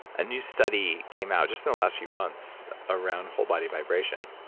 a new study came out just in the last few months around whole body vibration.